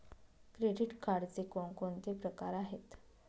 Credit कार्डचे कोणकोणते प्रकार आहेत?